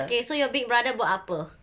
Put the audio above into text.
okay so your big brother buat apa